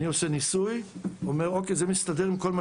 אני עושה ניסוי ואני אומר שזה מסתדר עם כל מה